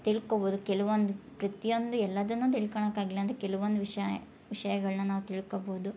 ತಿಳ್ಕೊಬೋದು ಕೆಲವೊಂದದು ಪ್ರತಿಯೊಂದು ಎಲ್ಲದನ್ನು ತಿಳ್ಕಳಕಾಗಿಲ್ಲ ಅಂದರು ಕೆಲ್ವೊಂದು ವಿಷಯ ವಿಷ್ಯಗಳನ್ನ ನಾವು ತಿಳ್ಕಬೋದು